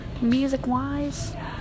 music-wise